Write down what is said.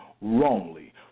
wrongly